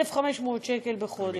1,500 שקל בחודש.